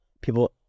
people